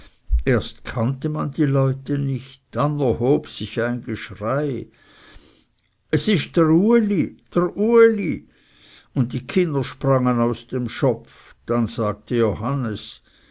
erst kannte man die leute nicht dann erhob sich ein geschrei es ist dr ueli dr ueli und die kinder sprangen aus dem schopfe dann sagte johannes